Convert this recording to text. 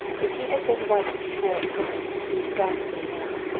if he had been white before at times he was ghastly now.